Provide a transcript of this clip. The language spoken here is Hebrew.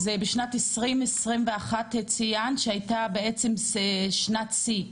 אז בשנת 2021 ציינת שהייתה בעצם שנת שיא,